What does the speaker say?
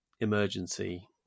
emergency